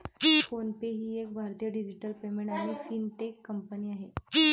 phone पे ही एक भारतीय डिजिटल पेमेंट आणि फिनटेक कंपनी आहे